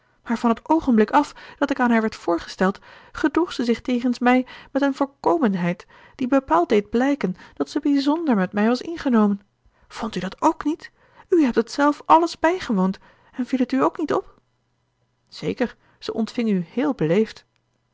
maar van t oogenblik af dat ik aan haar werd voorgesteld gedroeg ze zich jegens mij met een voorkomendheid die bepaald deed blijken dat ze bijzonder met mij was ingenomen vondt u dat ook niet u hebt het zelf alles bijgewoond en viel het u ook niet op zeker ze ontving u heel beleefd